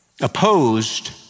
Opposed